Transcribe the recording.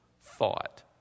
thought